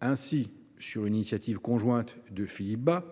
Ainsi, sur une initiative conjointe de Philippe Bas,